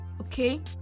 Okay